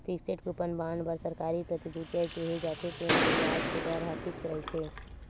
fixed coupon bond बर सरकारी प्रतिभूतिया केहे जाथे, तेन म बियाज के दर ह फिक्स रहिथे